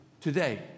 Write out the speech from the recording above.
today